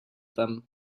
them